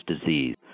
disease